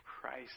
Christ